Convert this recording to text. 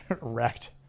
wrecked